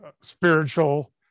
spiritual